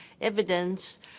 evidence